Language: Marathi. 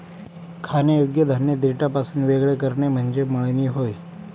खाण्यायोग्य धान्य देठापासून वेगळे करणे म्हणजे मळणी होय